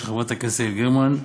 של חברת הכנסת יעל גרמן,